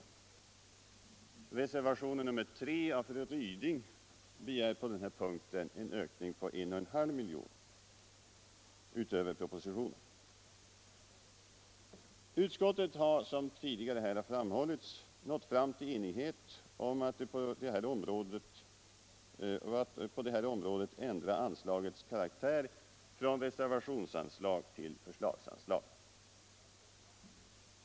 I reservationen 3 av fru Ryding begärs på denna punkt en ökning med 1,5 milj.kr. utöver propositionens förslag. Utskottet har, som tidigare framhållits, nått fram till enighet om att på detta område ändra anslagets karaktär från reservationsanslag till förslagsanslag.